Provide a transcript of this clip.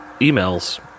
emails